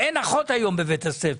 אין היום אחות בבית הספר.